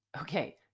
Okay